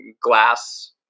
glass